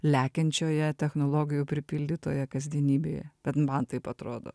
lekiančioje technologijų pripildytoje kasdienybėje bent man taip atrodo